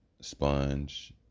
sponge